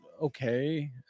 okay